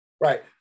Right